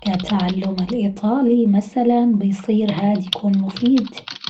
كتعلم الإيطالي مثلًا بيصير هاد يكون مفيد.